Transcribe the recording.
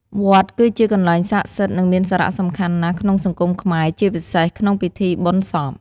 វត្តគឺជាកន្លែងស័ក្ដិសិទ្ធិ និងមានសារៈសំខាន់ណាស់ក្នុងសង្គមខ្មែរ ជាពិសេសក្នុងពិធីបុណ្យសព។